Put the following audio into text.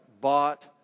bought